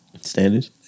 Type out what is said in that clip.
Standards